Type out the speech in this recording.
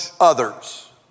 others